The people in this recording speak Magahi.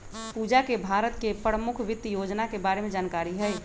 पूजा के भारत के परमुख वित योजना के बारे में जानकारी हई